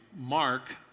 Mark